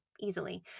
easily